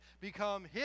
become